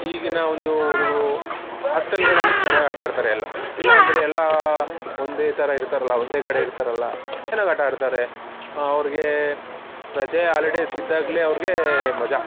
ಈಗಿನ ಒಂದು ಹುಡುಗ್ರು ಆಸ್ಟೆಲ್ಗಳಲ್ಲಿ ಚೆನ್ನಾಗಿ ಆಟ ಆಡ್ತಾರೆ ಎಲ್ಲ ಎಲ್ಲ ಅಂದರೆ ಎಲ್ಲ ಒಂದೇ ಥರ ಇರ್ತಾರಲ್ಲ ಒಂದೇ ಕಡೆ ಇರ್ತಾರಲ್ಲ ಚೆನ್ನಾಗಿ ಆಟ ಆಡ್ತಾರೆ ಅವ್ರಿಗೆ ರಜೆ ಆಲಿಡೇಸ್ ಇದ್ದಾಗಲೇ ಅವ್ರಿಗೆ ಮಜಾ